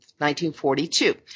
1942